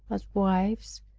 as wives,